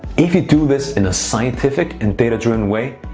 if you do this in a scientific and data driven way,